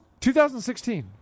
2016